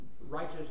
righteous